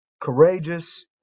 courageous